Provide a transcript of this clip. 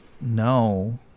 No